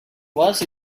was